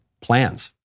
plans